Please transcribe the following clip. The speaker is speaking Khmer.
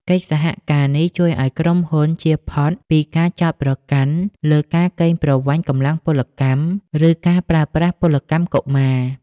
កិច្ចសហការនេះជួយឱ្យក្រុមហ៊ុនជៀសផុតពីការចោទប្រកាន់លើការកេងប្រវ័ញ្ចកម្លាំងពលកម្ម ឬការប្រើប្រាស់ពលកម្មកុមារ។